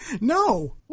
No